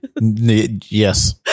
Yes